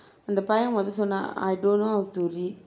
அந்த பையன் வந்து சொல்றான்:antha paiyan vanthu solran I don't know how to read